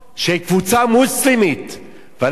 ואנחנו מדברים על מדינה יהודית ודמוקרטית.